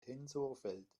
tensorfeld